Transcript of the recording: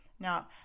Now